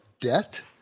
debt